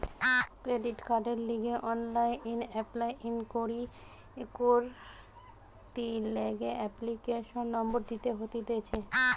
credit কার্ডের লিগে online apply করতি গ্যালে এপ্লিকেশনের নম্বর দিতে হতিছে